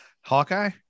Hawkeye